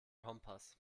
kompass